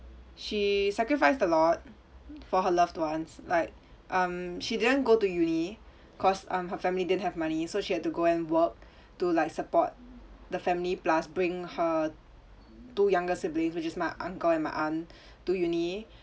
she sacrificed a lot for her loved ones like um she didn't go to uni cause um her family didn't have money so she had to go and work to like support the family plus bring her two younger siblings which is my uncle and my aunt to uni